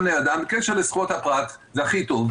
לאדם בקשר לזכויות הפרט זה הכי טוב.